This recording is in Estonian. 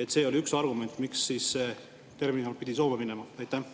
et see oli üks argument, miks terminal pidi Soome minema? Aitäh!